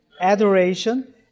Adoration